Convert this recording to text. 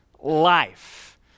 Life